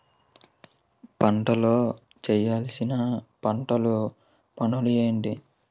పంటలో చేయవలసిన పంటలు పనులు ఏంటి?